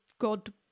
God